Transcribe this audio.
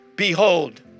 Behold